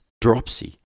dropsy